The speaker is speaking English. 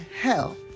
hell